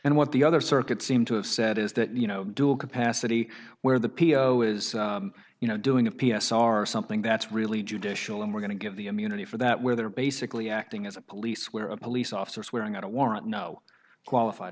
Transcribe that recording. and what the other circuit seem to have said is that you know dual capacity where the p o is you know doing a p s r something that's really judicial and we're going to give the immunity for that where they're basically acting as a police where a police officer swearing out a warrant no qualified